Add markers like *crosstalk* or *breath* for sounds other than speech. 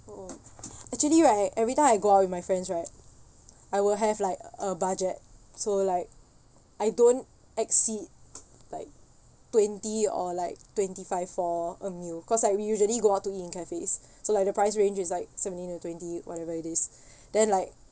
oh actually right every time I go out with my friends right I will have like a budget so like I don't exceed like twenty or like twenty five for a meal cause like we usually go out to eat in cafes *breath* so like the price range like seventeen or twenty whatever it is *breath* then like